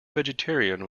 vegetarian